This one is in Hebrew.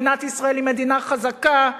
מדינת ישראל היא מדינה חזקה,